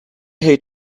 hate